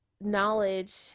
knowledge